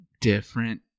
different